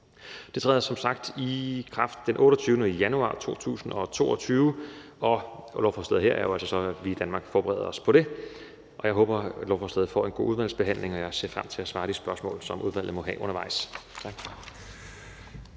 Det træder som sagt i kraft den 28. januar 2022, og lovforslaget her går jo altså så ud på, at vi i Danmark forbereder os på det. Og jeg håber, at lovforslaget får en god udvalgsbehandling, og jeg ser frem til at besvare de spørgsmål, som udvalget måtte have undervejs.